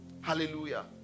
hallelujah